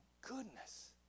goodness